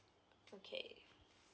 okay